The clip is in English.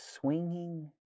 swinging